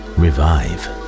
revive